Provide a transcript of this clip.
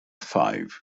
five